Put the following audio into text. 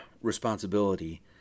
responsibility